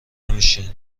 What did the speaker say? نمیشن